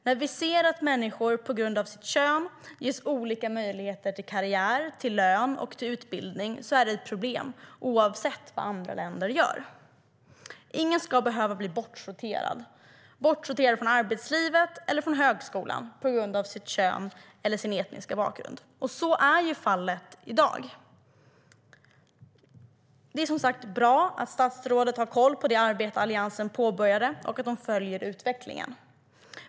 När vi ser att människor på grund av sitt kön ges olika möjlighet till karriär, lön och utbildning är det ett problem, oavsett vad andra länder gör. Ingen ska behöva bli bortsorterad från arbetslivet eller från högskolan på grund av kön eller etnisk bakgrund. Men så är fallet i dag. Det är som sagt bra att statsrådet har koll på det arbete Alliansen påbörjade och att hon följer utvecklingen.